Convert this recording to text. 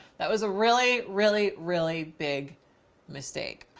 that was a really, really, really big mistake.